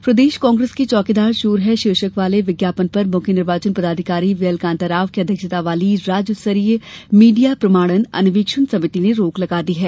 विज्ञापन रोक प्रदेश कांग्रेस के चौकीदार चोर है शीर्षक वाले विज्ञापन पर मुख्य निर्वाचन पदाधिकारी वीएल कांताराव की अध्यक्षता वाली राज्य स्तरीय मीडिया प्रमाणन अनुवीक्षण समिति ने रोक लगा दी है